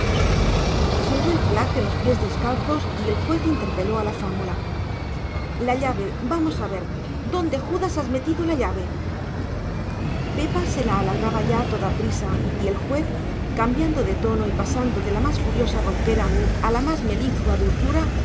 se oyó el clac de los pies descalzos y el juez interpeló a la fámula la llave vamos a ver dónde judas has metido la llave pepa se la alargaba ya a toda prisa y el juez cambiando de tono y pasando de la más furiosa ronquera a la más meliflua dulzura